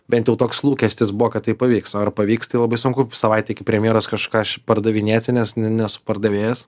bent jau toks lūkestis buvo kad tai pavyks o ar pavyks tai labai sunku savaitei iki premjeros kažką pardavinėti nes nesu pardavėjas